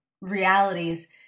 realities